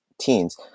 teens